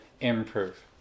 improve